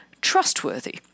trustworthy